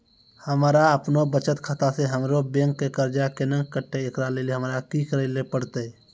हमरा आपनौ बचत खाता से हमरौ बैंक के कर्जा केना कटतै ऐकरा लेली हमरा कि करै लेली परतै?